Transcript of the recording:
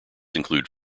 include